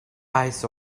eyes